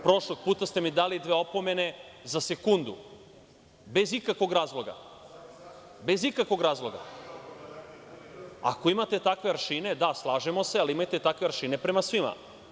Prošlog puta ste mi dali dve opomene za sekundu, bez ikakvog razloga. ako imate takve aršine, da slažemo se, ali imajte takve aršine prema svima.